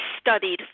studied